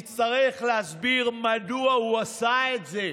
יצטרך להסביר מדוע הוא עשה את זה.